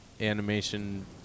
animation